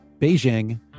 Beijing